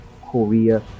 Korea